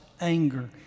anger